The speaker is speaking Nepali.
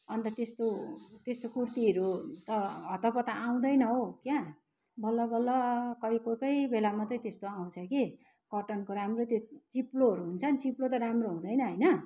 अन्त त्यस्तो त्यस्तो कुर्तीहरू त हतपत आउँदैन हौ क्या बल्ल बल्ल खै कोही कोही बेला मात्रै त्यस्तो आउँछ कि कटनको राम्रो त्यो चिप्लोहरू हुन्छ नि चिप्लो त राम्रो हुँदैन होइन